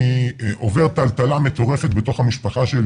אני עובר טלטלה מטורפת בתוך המשפחה,